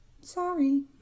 Sorry